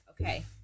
okay